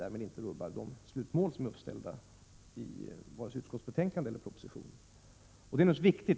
Därmed rubbar vi inte de slutmål som är uppställda i utskottsbetänkande och proposition. Detta är naturligtvis viktigt.